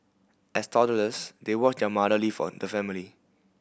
as toddlers they watched their mother leave on the family